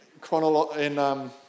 chronological